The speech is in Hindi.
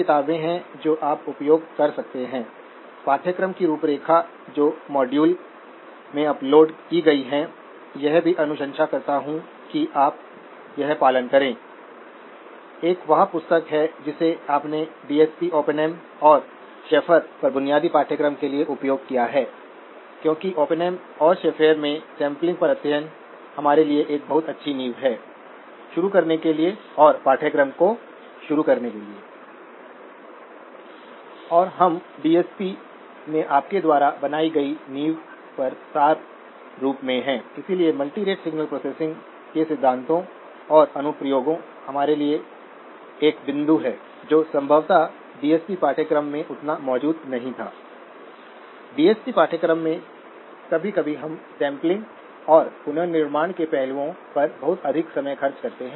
स्विंग सीमा कुल क्वान्टिटीज पर निर्भर करती है जब कुल ड्रेन सोर्स वोल्टेज कुल gate source voltage minus threshold voltage से छोटा हो जाता है यह ट्राइओड रीजन में प्रवेश करता है